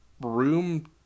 room